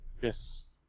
Yes